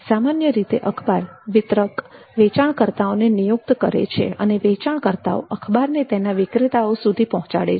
સામાન્ય રીતે અખબાર વિતરક વેચાણકર્તાઓને નિયુક્ત કરે છે અને તે વેચાણકર્તાઓ અખબારને તેના વિક્રેતાઓ સુધી પહોંચાડે છે